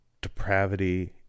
depravity